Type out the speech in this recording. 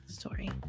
story